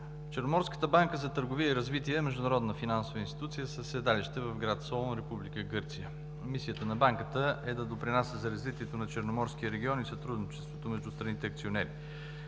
Черноморската банка за търговия и развитие е международна финансова институция със седалище в град Солун, Република Гърция. Мисията на банката е да допринася за развитието на Черноморския регион и сътрудничеството между страните акционери.